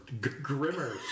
grimmer